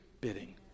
bidding